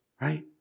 Right